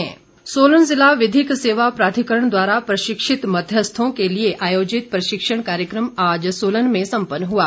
पुनश्चर्या सोलन ज़िला विधिक सेवा प्राधिकरण द्वारा प्रशिक्षित मध्यस्थों के लिए आयोजित प्रशिक्षण कार्यक्रम आज सोलन में संपन्न हुआ